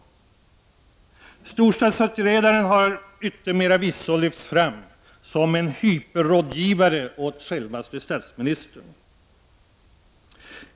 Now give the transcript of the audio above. Storstadsutredaren har till yttermera visso lyfts fram som en hyperrådgivare åt självaste statsministern.